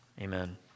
amen